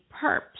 perps